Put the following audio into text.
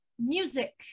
music